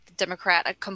democrat